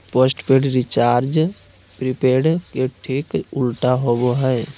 postpaid recharge prepaid के ठीक उल्टा होबो हइ